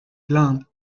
plantes